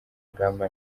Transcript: ingamba